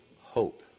hope